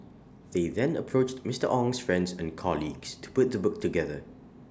they then approached Mister Ong's friends and colleagues to put the book together